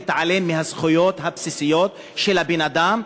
להתעלם מהזכויות הבסיסיות של בן-אדם,